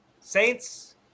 Saints